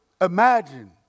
imagine